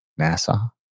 NASA